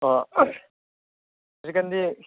ꯑꯣ ꯍꯧꯖꯤꯛ ꯀꯥꯟꯗꯤ